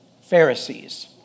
Pharisees